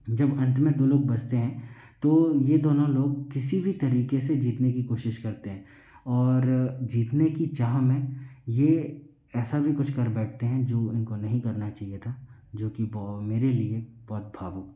जब अंत में दो लोग बचते हैं तो ये दोनों लोग किसी भी तरीके से जीतने की कोशिश करते हैं और जीतने की चाह में ये ऐसा भी कुछ कर बैठते हैं जो उनको नहीं करना चाहिए था जो कि मेरे लिए बहुत भावुक था